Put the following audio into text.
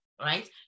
right